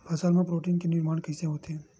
फसल मा प्रोटीन के निर्माण कइसे होथे?